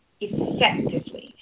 effectively